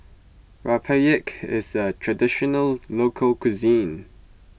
Rempeyek is a Traditional Local Cuisine